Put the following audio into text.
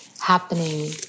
happening